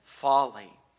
folly